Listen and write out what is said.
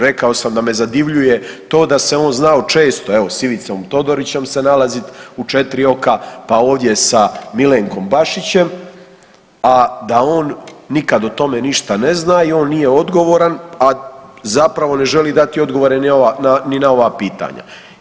Rekao sam da me zadivljuje to da se on znao često evo s Ivicom Todorićem se nalaziti u 4 oka, pa ovdje sa Milenkom Bašićem, a da on nikada o tome ništa ne zna i on nije odgovoran a zapravo ne želi dati odgovore ni na ova pitanja.